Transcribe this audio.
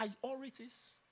priorities